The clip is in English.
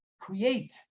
create